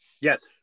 Yes